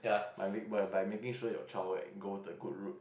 my weak by Maggie show your your child like go to good road